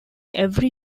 every